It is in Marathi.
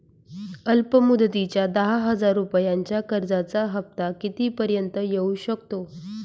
अल्प मुदतीच्या दहा हजार रुपयांच्या कर्जाचा हफ्ता किती पर्यंत येवू शकतो?